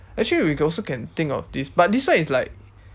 actually we can also can think of this but this one is like